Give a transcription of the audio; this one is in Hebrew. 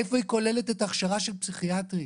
איפה היא כוללת הכשרה של פסיכיאטרים?